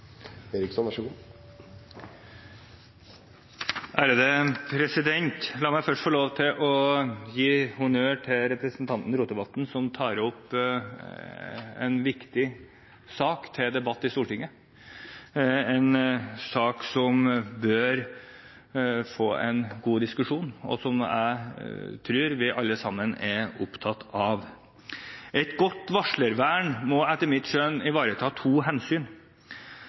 viktig sak til debatt i Stortinget – en sak som bør få en god diskusjon, og som jeg tror vi alle sammen er opptatt av. Et godt varslervern må etter mitt skjønn ivareta to hensyn.